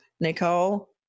Nicole